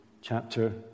chapter